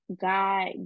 God